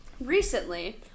recently